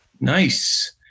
nice